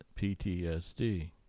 PTSD